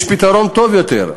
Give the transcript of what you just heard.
יש פתרון טוב יותר,